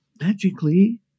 magically